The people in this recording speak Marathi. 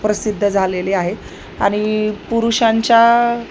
प्रसिद्ध झालेली आहे आणि पुरुषांच्या